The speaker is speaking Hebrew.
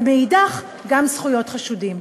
ומאידך גיסא גם זכויות חשודים.